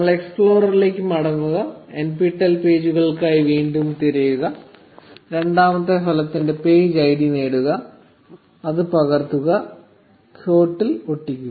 നമ്മൾ എക്സ്പ്ലോറർ ലേക്ക് മടങ്ങുക NPTEL പേജുകൾക്കായി വീണ്ടും തിരയുക രണ്ടാമത്തെ ഫലത്തിന്റെ പേജ് ഐഡി നേടുക അത് പകർത്തുക ഖുയോട്ടിൽ ഒട്ടിക്കുക